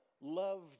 loved